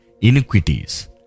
iniquities